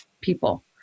people